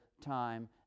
time